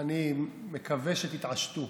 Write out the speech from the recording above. אני מקווה שתתעשתו,